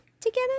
together